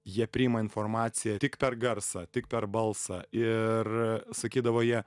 jie priima informaciją tik per garsą tik per balsą ir sakydavo jie